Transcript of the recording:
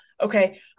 okay